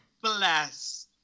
Bless